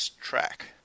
track